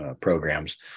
programs